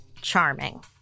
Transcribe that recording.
Charming